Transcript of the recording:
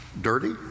dirty